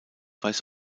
weiß